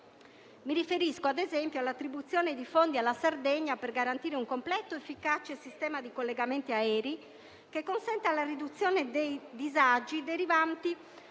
Mi riferisco, ad esempio, all'attribuzione di fondi alla Sardegna per garantire un completo ed efficace sistema di collegamenti aerei che consenta la riduzione dei disagi derivanti